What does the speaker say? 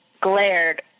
glared